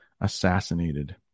assassinated